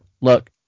look